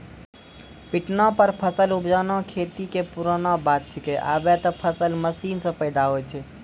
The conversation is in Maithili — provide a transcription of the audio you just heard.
पिटना पर फसल उपजाना खेती कॅ पुरानो बात छैके, आबॅ त फसल मशीन सॅ पैदा होय छै